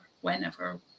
whenever